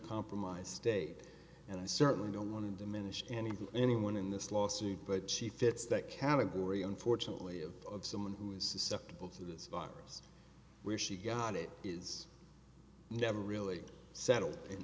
compromise day and i certainly don't want to diminish anything anyone in this lawsuit but she fits that category unfortunately of someone who is susceptible to this virus where she got it is never really settled in